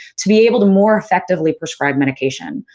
to be able to more effectively prescribe medication.